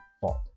fault